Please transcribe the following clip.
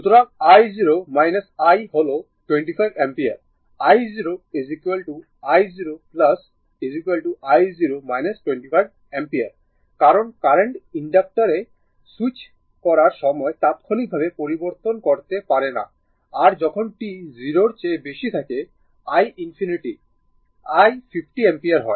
সুতরাং i0 I হল 25 ampere i0 i0 i0 25 ampere কারণ কারেন্ট ইনডাক্টরে স্যুইচ করার সময় তাৎক্ষণিকভাবে পরিবর্তন করতে পারে না আর যখন t 0 এর বেশি থাকে i ∞ I 50 অ্যাম্পিয়ার হয়